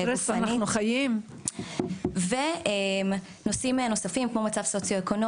באיזה סטרס אנחנו חיים ונושאים נוספים כמו מצב סוציואקונומי,